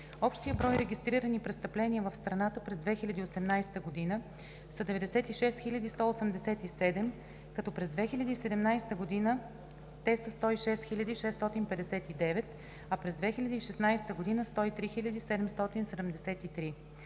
Общият брой регистрирани престъпления в страната през 2018 г. са 96 187, като през 2017 г. те са 106 659, а през 2016 г. – 103 773.